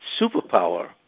superpower